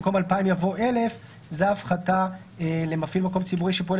במקום 2,000 יבוא 1,000. זאת ההפחתה למפעיל מקום ציבורי שפועל